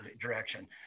direction